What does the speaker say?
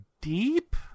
deep